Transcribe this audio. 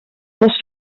les